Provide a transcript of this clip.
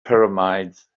pyramids